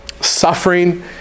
Suffering